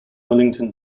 millington